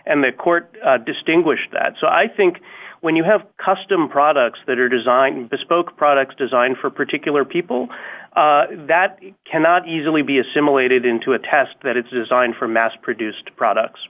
and the court distinguish that so i think when you have custom products that are design bespoke products designed for particular people that cannot easily be assimilated into a test that it's designed for mass produced products